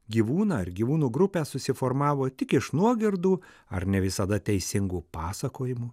gyvūną ar gyvūnų grupę susiformavo tik iš nuogirdų ar ne visada teisingų pasakojimų